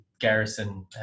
garrison